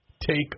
take